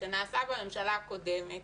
שנעשה בממשלה הקודמת.